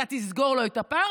ואתה תסגור לו את הפער,